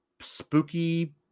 spooky